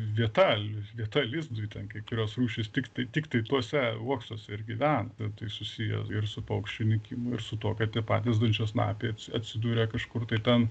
vieta vieta lizdui ten kai kurios rūšys tiktai tiktai tuose uoksuose ir gyvena na tai susiję ir su paukščių nykimu ir su tuo kad tie patys dančiasnapiai atsidūrė kažkur tai ten